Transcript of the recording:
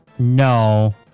No